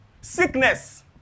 sickness